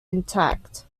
intact